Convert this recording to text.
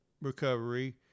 recovery